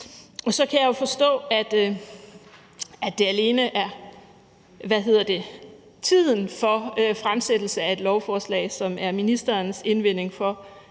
Så kan jeg jo forstå, at det alene er tiden for fremsættelse af et lovforslag, som er ministerens indvending for